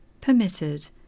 permitted